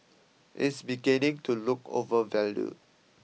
is beginning to look overvalued